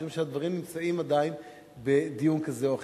משום שהדברים נמצאים עדיין בדיון כזה או אחר.